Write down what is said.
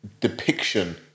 depiction